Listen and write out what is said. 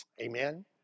Amen